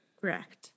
Correct